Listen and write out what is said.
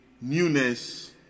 newness